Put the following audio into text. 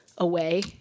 away